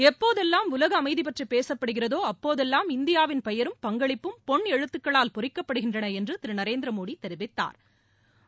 எப்போதெல்லாம் உலக அமைதி பற்றி பேசப்படுகிறதோ அப்போதெல்லாம் இந்தியாவின் பெயரும் பங்களிப்பும் பொன்னெழுத்துக்களால் பொறிக்கப்படுகின்றன என்று திரு நரேந்திரமோடி தெரிவித்தாா்